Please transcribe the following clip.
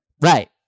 Right